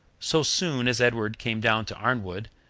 so soon as edward came down to arnwood,